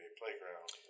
playground